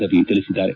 ರವಿ ತಿಳಿಸಿದ್ದಾರೆ